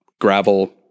gravel